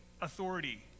authority